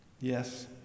Yes